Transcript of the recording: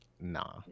Nah